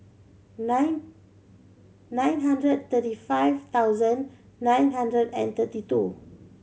nine nine hundred thirty five thousand nine hundred and thirty two